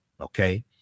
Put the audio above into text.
Okay